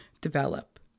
develop